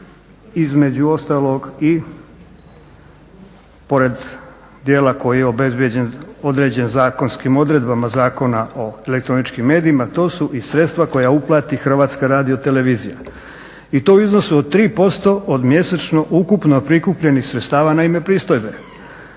između ostalog pored dijela koji je osiguran određen zakonskim odredbama Zakona o elektroničkim medijima, to su i sredstva koja uplati HRT i to u iznosu od 3% od mjesečno ukupno prikupljenih sredstava na ime pristojbe.